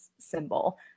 symbol